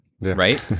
right